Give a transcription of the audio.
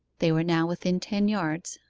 they were now within ten yards,